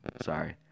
Sorry